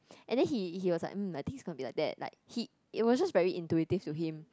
and then he he was like mm I think it gonna to be like that like he it was just very intuitive to him